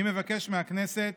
אני מבקש מהכנסת